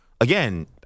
again